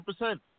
100%